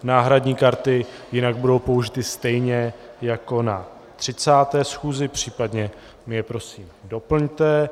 Náhradní karty jinak budou použity stejně jako na 30. schůzi, případně mi je prosím doplňte.